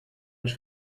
ens